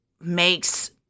makes